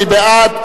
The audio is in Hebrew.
מי בעד?